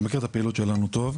אתה מכיר את הפעילות שלנו טוב.